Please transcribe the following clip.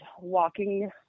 walking